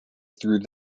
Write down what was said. through